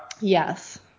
yes